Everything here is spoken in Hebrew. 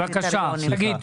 בבקשה, תגיד.